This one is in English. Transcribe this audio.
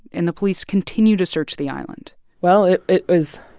and the police continue to search the island well, it it was